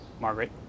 Margaret